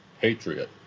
patriot